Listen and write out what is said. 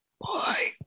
Bye